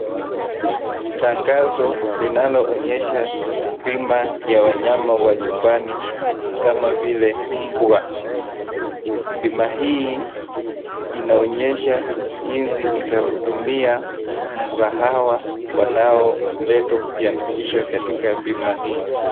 Tangazo linaloonyesha bima ya wanyama wa nyumbani kama vile mbwa. Bima hii inaonyesha jinsi itahudumia mbwa hawa wanaoletwa kujiandikisha katika bima hii.